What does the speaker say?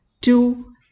two